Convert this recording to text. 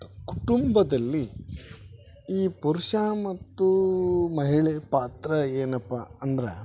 ಕುಟುಂಬದಲ್ಲಿ ಈ ಪುರುಷ ಮತ್ತು ಮಹಿಳೆಯ ಪಾತ್ರ ಏನಪ್ಪ ಅಂದ್ರೆ